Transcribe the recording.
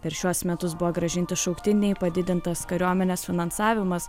per šiuos metus buvo grąžinti šauktiniai padidintas kariuomenės finansavimas